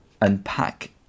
unpack